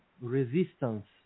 resistance